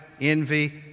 envy